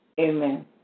Amen